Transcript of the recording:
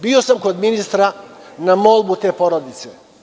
Bio sam kod ministra na molbu te porodice.